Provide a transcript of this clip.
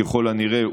ככל הנראה,